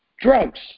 Drugs